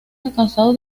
alcanzado